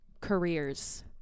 careers